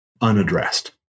unaddressed